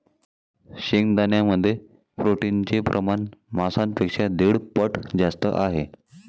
शेंगदाण्यांमध्ये प्रोटीनचे प्रमाण मांसापेक्षा दीड पट जास्त आहे